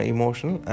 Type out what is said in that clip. Emotional